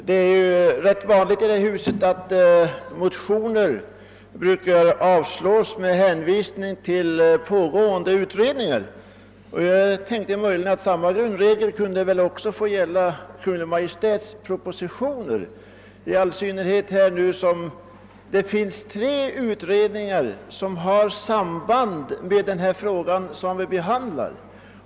Herr talman! Det är ju i det här huset ganska vanligt att motioner avslås med hänvisning till pågående utredningar. Jag tänkte att samma grundregel kunde få gälla Kungl. Maj:ts propositioner, i all synnerhet som det i detta fall pågår tre utredningar som har samband med den fråga vi behandlar.